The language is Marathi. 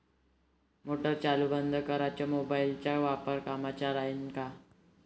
मोटार चालू बंद कराच मोबाईलचा वापर कामाचा राहीन का?